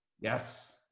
Yes